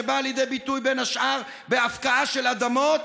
שבאה לידי ביטוי בין השאר בהפקעה של אדמות